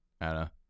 Anna